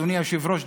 אדוני היושב-ראש,